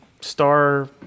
star